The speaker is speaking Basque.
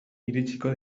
iritsiko